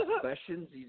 questions